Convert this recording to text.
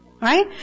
Right